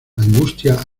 angustia